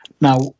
Now